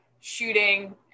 shooting